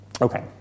Okay